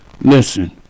Listen